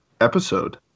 episode